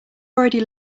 already